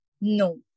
No